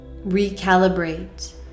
recalibrate